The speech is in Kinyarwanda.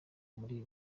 muli